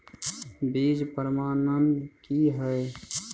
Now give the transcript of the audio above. बीज प्रमाणन की हैय?